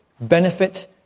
benefit